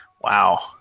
Wow